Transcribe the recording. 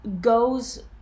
goes